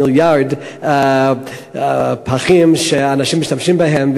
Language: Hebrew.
מיליארד פחים שאנשים משתמשים בהם,